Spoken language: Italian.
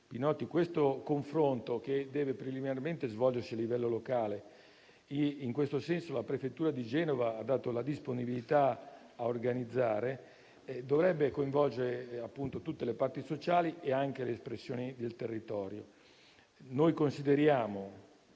Pinotti, questo confronto, che deve preliminarmente svolgersi a livello locale - e in questo senso la prefettura di Genova ha dato la disponibilità a organizzare - dovrebbe coinvolgere tutte le parti sociali e anche le espressioni del territorio.